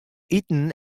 iten